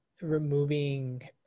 removing